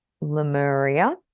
Lemuria